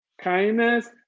kindness